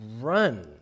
run